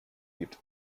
gibt